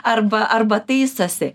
arba arba taisosi